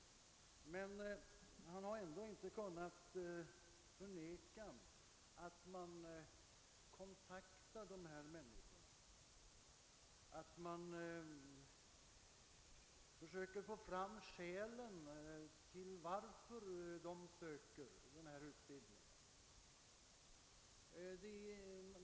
:' Men statsrådet har ändå inte kunnat förneka att man kontaktar dessa människor och försöker få reda på skälet till att'de söker denna utbildning.